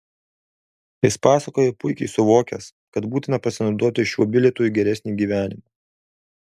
jis pasakoja puikiai suvokęs kad būtina pasinaudoti šiuo bilietu į geresnį gyvenimą